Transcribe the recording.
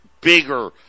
bigger